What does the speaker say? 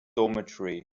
dormitory